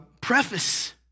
preface